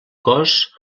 cos